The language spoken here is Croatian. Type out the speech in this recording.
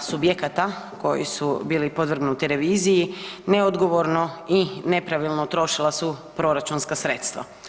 subjekata koji su bili podvrgnuti reviziji neodgovorno i nepravilno trošila su proračunska sredstva.